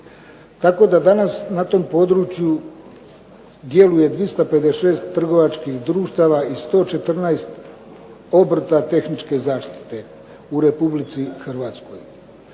Tako da danas na tom području djeluje 256 trgovačkih društava i 114 obrta tehničke zaštite u Republici Hrvatskoj.